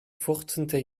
fünfzehnten